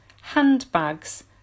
handbags